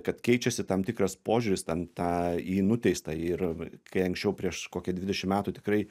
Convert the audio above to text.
kad keičiasi tam tikras požiūris ten tą į nuteistąjį ir kai anksčiau prieš kokį dvidešim metų tikrai